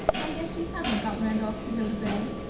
i guess she hasn't got randolph to go to bed.